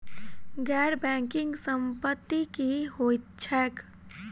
गैर बैंकिंग संपति की होइत छैक?